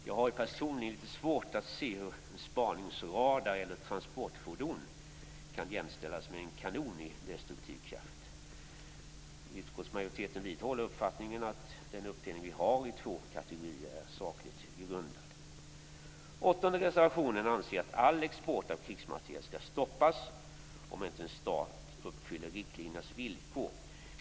Jag har personligen litet svårt att se hur en spaningsradar eller ett transportfordon kan jämställas med en kanon i destruktiv kraft. Utskottsmajoriteten vidhåller uppfattningen att uppdelningen i två kategorier är sakligt grundad. I den åttonde reservationen anser man att all export av krigsmateriel skall stoppas om en stat inte uppfyller villkoren i riktlinjerna.